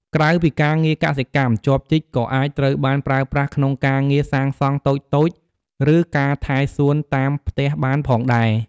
ក្រៅពីការងារកសិកម្ម ចបជីកក៏អាចត្រូវបានប្រើប្រាស់ក្នុងការងារ សាងសង់ តូចៗ ឬការ ថែសួន តាមផ្ទះបានផងដែរ។